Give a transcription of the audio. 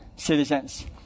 citizens